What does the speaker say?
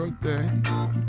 birthday